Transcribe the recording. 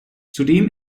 zudem